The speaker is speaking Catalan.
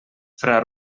fra